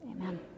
Amen